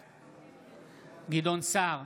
בעד גדעון סער,